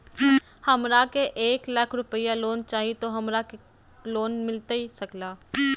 हमरा के एक लाख रुपए लोन चाही तो की हमरा के लोन मिलता सकेला?